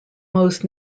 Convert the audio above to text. most